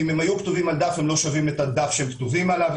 אם הם היו כתובים על דף הם לא היו שווים את הדף שהם היו כתובים עליו.